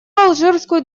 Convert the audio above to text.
алжирскую